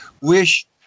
wish